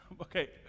Okay